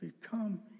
become